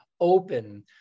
open